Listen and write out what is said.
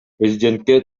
президентке